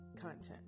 content